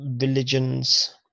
religions